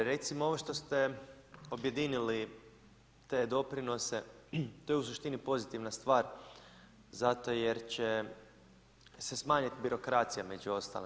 Recimo ovo što ste objedinili te doprinose, to je u suštini pozitivna stvar zato jer će se smanjiti birokracija među ostalim.